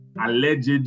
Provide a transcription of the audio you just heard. alleged